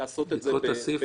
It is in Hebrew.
לדחות את הסעיף?